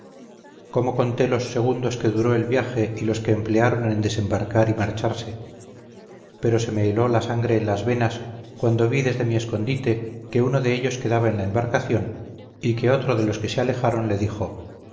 cómo conté los segundos que duró el viaje y los que emplearon en desembarcar y marcharse pero se me heló la sangre en las venas cuando vi desde mi escondite que uno de ellos quedaba en la embarcación y que otro de los que se alejaron le dijo